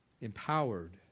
Empowered